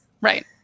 right